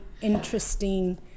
interesting